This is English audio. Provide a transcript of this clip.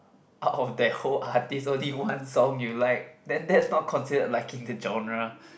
oh oh that whole artist only one song you like then that's not considered liking the genre